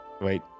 wait